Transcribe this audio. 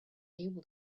able